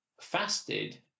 fasted